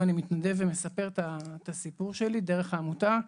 אני מתנדב ומספר את הסיפור שלי דרך העמותה,